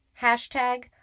Hashtag